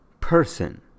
person